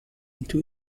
into